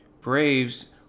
Braves